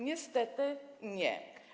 Niestety nie.